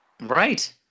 Right